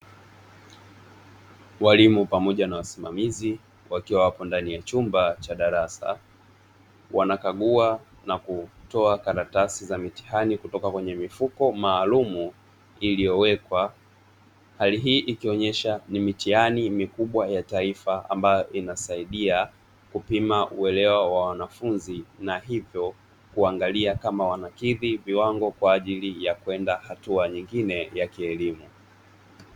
Walimu pamoja na wasimamizi, wakiwa hapo ndani ya chumba cha darasa, wanakagua na kutoa karatasi za mitihani kutoka kwenye mifuko maalum iliyowekwa. Hali hii ikionyesha ni mitihani mikubwa ya kitaifa ambayo inasaidia kupima uelewa wa wanafunzi na hivyo kuangalia kama wanakidhi viwango kwa ajili ya kwenda hatua nyingine ya kielimu.